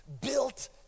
built